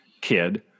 kid